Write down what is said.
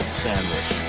sandwich